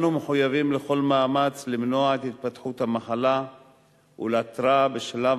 אנו מחויבים לכל מאמץ למנוע את התפתחות המחלה ולאתרה בשלב